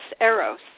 eros